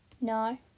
No